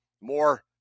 more